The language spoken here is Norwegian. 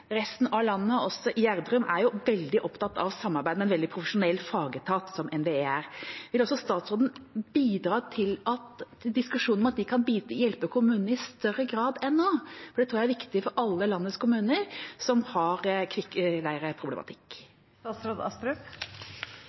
resten av landet, også Gjerdrum, er veldig opptatt av å samarbeide med en veldig profesjonell fagetat, som NVE er. Vil statsråden bidra i diskusjonen om at de kan hjelpe kommunene i større grad enn nå? Det tror jeg er viktig for alle landets kommuner som har